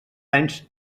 anys